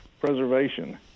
Preservation